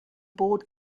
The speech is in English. board